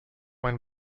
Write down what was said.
ein